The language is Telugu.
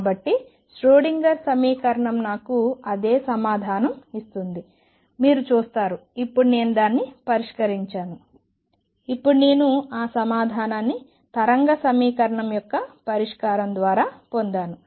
కాబట్టి ష్రోడింగర్ సమీకరణం నాకు అదే సమాధానం ఇస్తుందని మీరు చూస్తారు ఇప్పుడు నేను దాన్ని పరిష్కరించాను ఇప్పుడు నేను ఆ సమాధానాన్ని తరంగ సమీకరణం యొక్క పరిష్కారం ద్వారా పొందాను